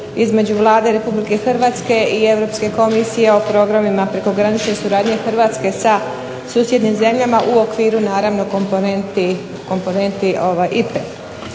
između Vlade Republike Hrvatske i Europske Komisije o programima prekogranične suradnje Hrvatske sa susjednim zemljama u okviru naravno komponenti IPA-e.